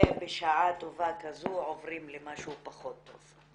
ובשעה טובה כזו עוברים למשהו פחות טוב.